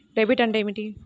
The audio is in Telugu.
డెబిట్ అంటే ఏమిటి?